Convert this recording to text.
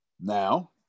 Now